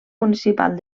municipal